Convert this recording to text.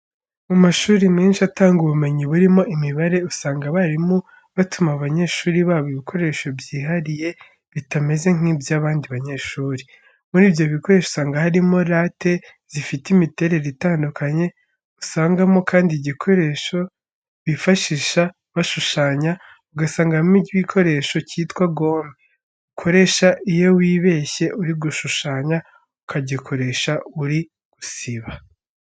Mu mashuri menshi atanga ubumenyi burimo imibare, usanga abarimu batuma abanyeshuri babo ibikoresho byihariye bitameze nk'iby'abandi banyeshuri. Muri ibyo bikoresho usanga harimo rate zifite imiterere itandukanye, usangamo kandi igikoresho bifashisha bashushanya, ugasangamo igikoresho cyitwa gome, ukoresha iyo wibeshye uri gushushanya, ukagikoresha uri gusiba.